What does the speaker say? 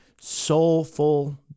soulful